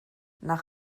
nach